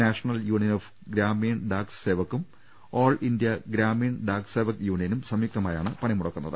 national union of Gramin Dak സേവകും all India Gramin Dak Sevak യൂണിയനും സംയുക്തമായി പണിമുടക്കുന്നത്